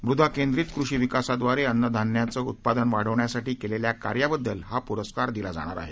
मृदा केंद्रित कृषिविकासाद्वारे अन्नधान्न्याचं उत्पादन वाढवण्यासाठी केलेल्या कार्याबद्दल हा पुरस्कार दिला जाणार आहे